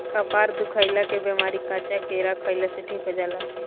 कपार दुखइला के बेमारी कच्चा केरा खइला से ठीक हो जाला